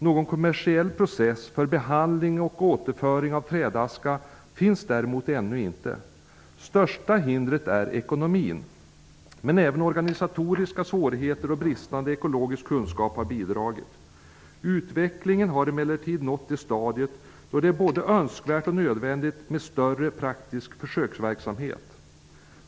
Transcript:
Någon kommersiell process för behandling och återföring av trädaska finns däremot ännu inte. Det största hindret är ekonomin. Men även organisatoriska svårigheter och bristande ekologisk kunskap har bidragit. Utvecklingen har emellertid nått det stadiet att det är både önskvärt och nödvändigt med större praktisk försöksverksamhet.